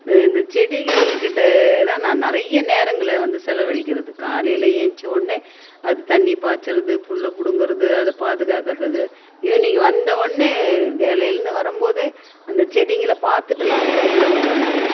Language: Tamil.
இந்த செடிகள் கிட்டே தான் நான் நிறைய நேரங்களை வந்து செலவழிக்கிறது காலையில் ஏந்திச்சவொன்னே அது தண்ணி பாய்ச்சறது புல் பிடுங்கறது அதை பாதுகாக்கிறது ஈவினிங் வந்தவொடனே வேலையிலேருந்து வரும்போதே அந்த செடிகள பார்த்துட்டு தான் அப்பறம் உள்ளே வருவேன் நான்